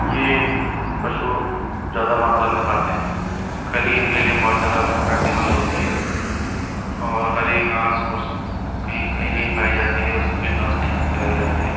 ये पशु ज़्यादा मात्रा में खाते हैं खली इनके लिए बोहोत ज़्यादा फायदेमंद होती है और हरी घाँस और कहीं कहीं खाई जाती है सूखी घाँस कहीं कहीं खिलाई जाती है